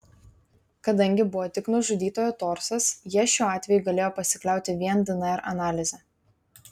kadangi buvo tik nužudytojo torsas jie šiuo atveju galėjo pasikliauti vien dnr analize